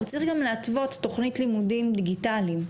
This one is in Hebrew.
הוא צריך גם להתוות תוכנית לימודים דיגיטליים.